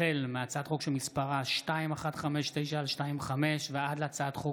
החל בהצעת חוק פ/2159/25 וכלה בהצעת חוק